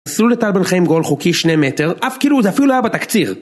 עשו לטל בן חיים גול חוקי שני מטר, אף כאילו זה אפילו לא היה בתקציר!